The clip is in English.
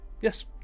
Yes